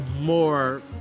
more